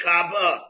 Kaba